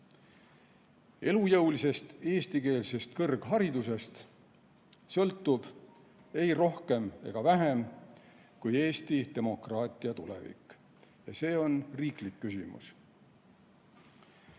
Elujõulisest eestikeelsest kõrgharidusest sõltub ei rohkem ega vähem kui Eesti demokraatia tulevik. Ja see on riiklik küsimus.